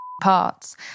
parts